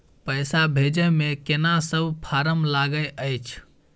पैसा भेजै मे केना सब फारम लागय अएछ?